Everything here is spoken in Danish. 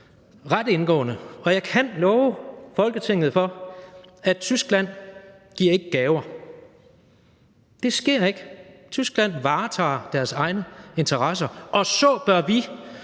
blev skudt, og jeg kan love Folketinget for, at Tyskland ikke giver gaver. Det sker ikke. Tyskland varetager deres egne interesser, og det bør vi